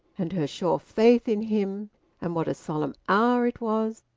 and her sure faith in him and what a solemn hour it was.